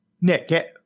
Nick